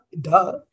duh